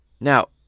Now